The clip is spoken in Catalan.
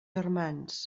germans